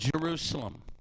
Jerusalem